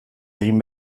egin